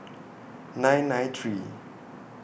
nine nine three